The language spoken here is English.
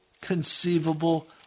conceivable